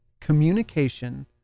communication